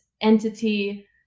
entity